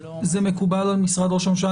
זה מקובל על משרד ראש הממשלה?